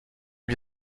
wir